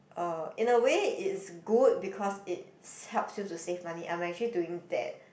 um in a way it's good because it's helps you to save money I'm actually doing that